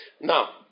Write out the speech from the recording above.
now